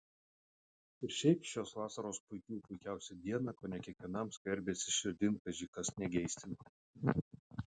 ir šiaip šios vasaros puikių puikiausią dieną kone kiekvienam skverbėsi širdin kaži kas negeistino